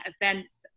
events